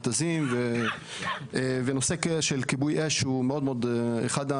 מתזים וכו'; והנושא של כיבוי אש הוא אחד הנושאים